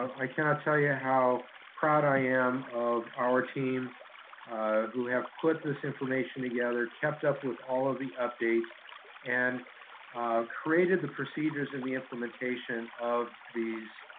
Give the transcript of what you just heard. i cannot tell you how proud i am of our team who have put this information together, kept up with all of the updates and created the procedures and the implementation of these